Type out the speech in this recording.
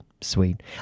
sweet